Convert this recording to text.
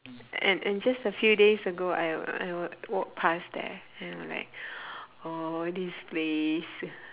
and and just a few days ago I I walked past there and were like orh this place